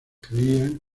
creían